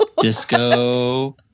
disco